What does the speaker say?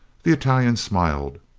the italian smiled.